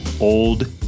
old